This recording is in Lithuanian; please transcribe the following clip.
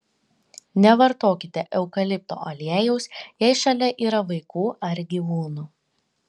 nevartokite eukalipto aliejaus jei šalia yra vaikų ar gyvūnų